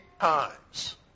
times